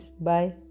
bye